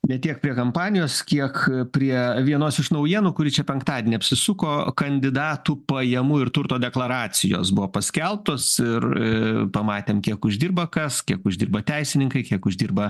ne tiek prie kampanijos kiek prie vienos iš naujienų kuri čia penktadienį apsisuko kandidatų pajamų ir turto deklaracijos buvo paskelbtos ir pamatėm kiek uždirba kas kiek uždirba teisininkai kiek uždirba